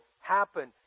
happen